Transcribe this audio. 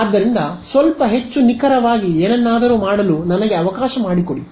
ಆದ್ದರಿಂದ ಸ್ವಲ್ಪ ಹೆಚ್ಚು ನಿಖರವಾಗಿ ಏನನ್ನಾದರೂ ಮಾಡಲು ನನಗೆ ಅವಕಾಶ ಮಾಡಿಕೊಡಿ